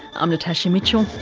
um natasha mitchell.